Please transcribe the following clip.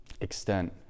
extent